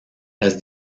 las